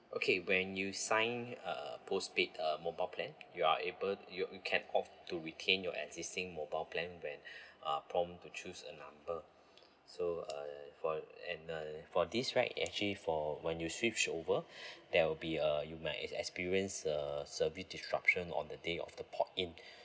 okay when you sign uh postpaid uh mobile plan you are able you~ you can opt to retain your existing mobile plan when uh prompt to choose a number so uh for and uh so for this right actually for when you switch over there will be uh you might ex~ experience uh service disruption on the day of the pod in